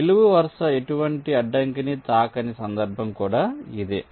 నిలువు వరుస ఎటువంటి అడ్డంకిని తాకని సందర్భం కూడా ఇదే